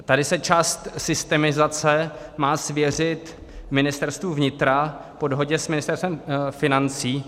Tady se část systemizace má svěřit Ministerstvu vnitra po dohodě s Ministerstvem financí.